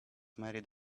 married